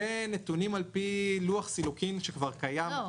זה נתונים על פי לוח סילוקין שכבר קיים.